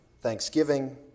thanksgiving